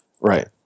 Right